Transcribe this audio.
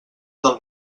del